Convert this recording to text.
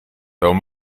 though